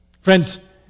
Friends